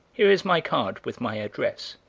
here is my card with my address,